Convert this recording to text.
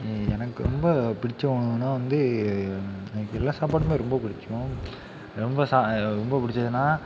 எனக்கு ரொம்ப பிடிச்ச உணவு வந்து எனக்கு எல்லா சாப்பாடுமே ரொம்ப பிடிக்கும் ரொம்ப ரொம்ப பிடிச்சதுனா